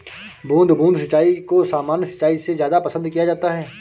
बूंद बूंद सिंचाई को सामान्य सिंचाई से ज़्यादा पसंद किया जाता है